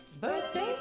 Birthday